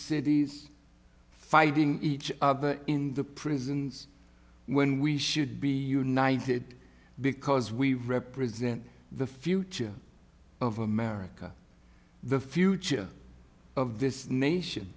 cities fighting each other in the prisons when we should be united because we represent the future of america the future of this nation